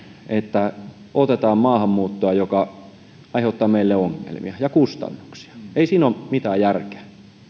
että otetaan maahanmuuttoa joka aiheuttaa meille ongelmia ja kustannuksia ei siinä ole mitään järkeä